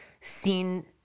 seen